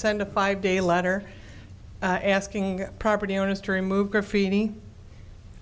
send a five day letter asking property owners to remove graffiti